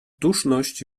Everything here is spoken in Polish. duszność